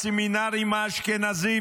הסמינרים האשכנזיים,